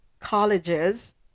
colleges